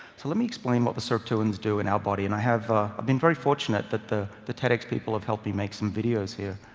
so let me explain what the sirtuins do in our body. and i have been very fortunate that the the tedx people have helped me make some videos here.